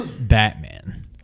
batman